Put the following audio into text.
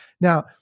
Now